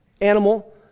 animal